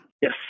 Yes